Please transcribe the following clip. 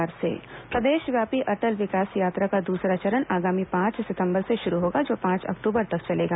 अटल विकास यात्रा प्रदेशव्यापी अटल विकास यात्रा का दूसरा चरण आगामी पांच सितम्बर से शुरू होगा जो पांच अक्टूबर तक चलेगा